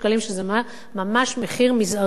שזה ממש מחיר מזערי,